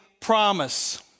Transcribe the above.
promise